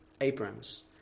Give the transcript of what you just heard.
aprons